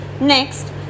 Next